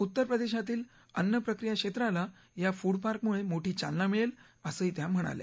उत्तरप्रदेशातील अन्न प्रक्रिया क्षेत्राला या फूड पार्कमुळे मोठी चालना मिळेल असंही त्या म्हणाल्या